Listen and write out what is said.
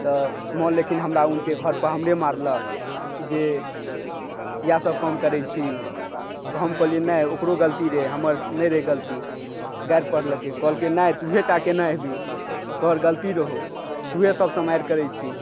तऽ माँ लेकिन हमरा उनटे घरपर हमरे मारलक जे इएह सब काम करै छी तऽ हम कहलिए नहि ओकरो गलती रहै हमर नहि रहै गलती गारि पढलकै कहलकै नहि तोँहीटा केने हेबही तोहर गलती रहौ तोँही सभसँ मारि करै छी